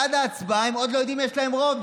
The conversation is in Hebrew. עד ההצבעה הם עוד לא יודעים אם יש להם רוב.